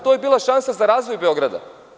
To je bila šansa za razvoj Beograda.